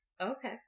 Okay